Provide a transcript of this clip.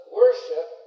worship